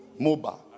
Moba